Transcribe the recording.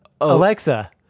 Alexa